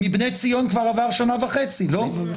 מבני ציון כבר עברה שנה וחצי, לא?